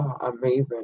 amazing